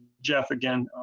jeff again.